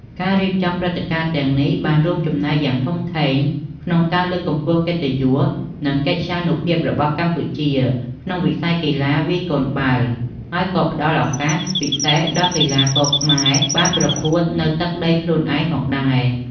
ការរៀបចំព្រឹត្តិការណ៍ទាំងនេះបានរួមចំណែកយ៉ាងធំធេងក្នុងការ លើកកម្ពស់កិត្តិយស និងកិត្យានុភាពរបស់កម្ពុជា ក្នុងវិស័យកីឡាវាយកូនបាល់ ហើយក៏ផ្តល់ឱកាសពិសេសដល់កីឡាករខ្មែរបានប្រកួតនៅទឹកដីខ្លួនឯងផងដែរ។